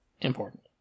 important